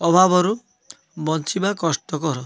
ଅଭାବରୁ ବଞ୍ଚିବା କଷ୍ଟକର